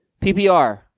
PPR